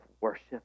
worship